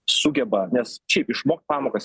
sugeba nes šiaip išmokt pamokas